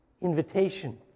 invitation